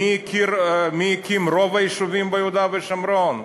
מי הקים את רוב היישובים ביהודה ושומרון?